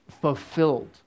fulfilled